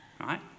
right